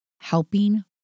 helping